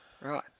Right